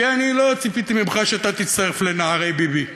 כי אני לא ציפיתי ממך שאתה תצטרף לנערי ביבי.